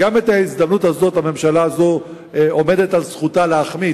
גם את ההזדמנות הזאת הממשלה הזאת עומדת על זכותה להחמיץ.